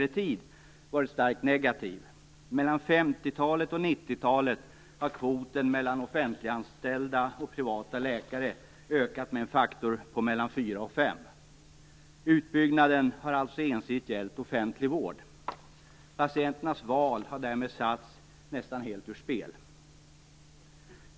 Mellan 1950 och 1990-talen har kvoten mellan offentliganställda läkare och privatpraktiserande läkare ökat med en faktor på mellan fyra och fem. Utbyggnaden har alltså ensidigt gällt offentlig vård. Patienternas val har därmed satts nästan helt ur spel.